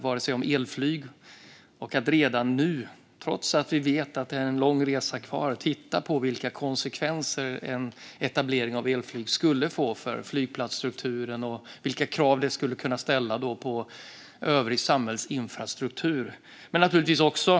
Vi tittar redan nu, trots att vi vet att det är en lång resa kvar, på vilka konsekvenser en etablering av elflyg skulle få för flygplatsstrukturen och vilka krav detta skulle ställa på övrig samhällsinfrastruktur.